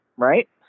right